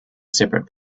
separate